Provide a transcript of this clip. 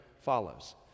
follows